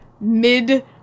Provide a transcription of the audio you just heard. mid